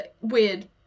weird